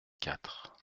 quatre